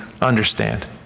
understand